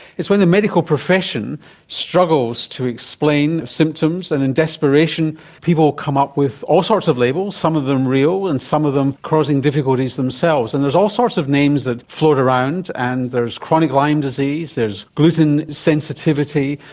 it's when the medical profession struggles to explain symptoms, and in desperation people come up with all sorts of labels, some of them real and some of them causing difficulties themselves. and there's all sorts of names that float around and there's chronic lyme disease, there's gluten sensitivity,